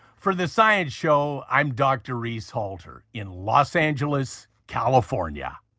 for the science show, i'm dr reese halter in los angeles, california.